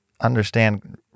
understand